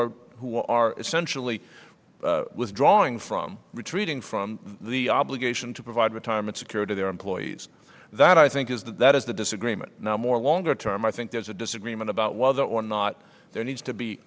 are who are essentially withdrawing from retreating from the obligation to provide retirement security their employees that i think is that that is the disagreement now more longer term i think there's a disagreement about whether or not there needs to be